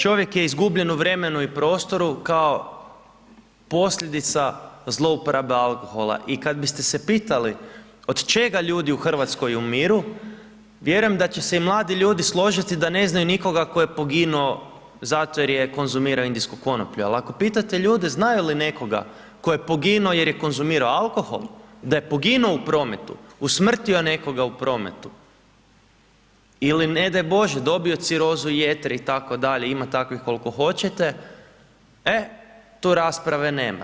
Čovjek je izgubljen u vremenu i prostoru kao posljedica zlouporabe alkohola i kad biste se pitali od čega ljudi u Hrvatskoj umiru, vjerujem da će se i mladi ljudi složiti da ne znaju nikoga tko je poginuo zato jer je konzumirao indijsku konoplju, ali ako pitate ljude znaju li nekoga tko je poginuo jer je konzumirao alkohol, da je poginuo u prometu, usmrtio nekoga u prometu ili ne daj Bože, dobio cirozu jetre, itd., ima takvih koliko hoćete, e tu rasprave nema.